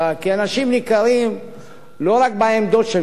כי אנשים ניכרים לא רק בעמדות שלהם.